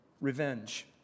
Revenge